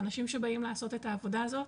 האנשים שבאים לעשות את העבודה הזאת